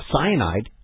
cyanide